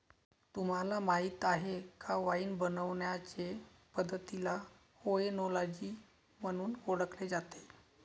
तुम्हाला माहीत आहे का वाइन बनवण्याचे पद्धतीला ओएनोलॉजी म्हणून ओळखले जाते